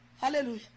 hallelujah